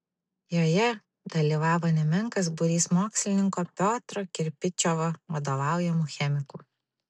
joje dalyvavo nemenkas būrys mokslininko piotro kirpičiovo vadovaujamų chemikų